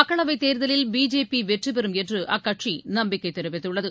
மக்களவைத் தேர்தலில் பிஜேபி வெற்றி பெறும் என்று அக்கட்சி நம்பிக்கை தெரிவித்துள்ளது